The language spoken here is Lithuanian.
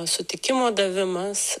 sutikimo davimas